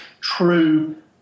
true